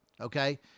okay